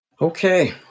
Okay